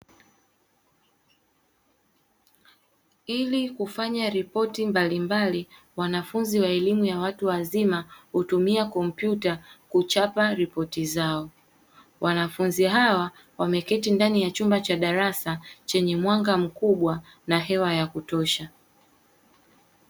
Ili kufanya ripoti mbalimbali, mwanafunzi wa elimu ya watu wazima hutumia kompyuta kuchapa ripoti zao. Wanafunzi hawa wameketi ndani ya chumba cha darasa chenye mwanga mkubwa na hewa ya kutosha.